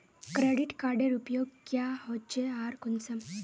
Credit कार्डेर उपयोग क्याँ होचे आर कुंसम?